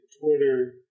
Twitter